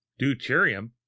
deuterium